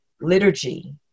liturgy